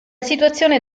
situazione